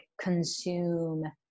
consume